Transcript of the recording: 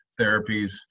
therapies